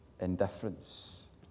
indifference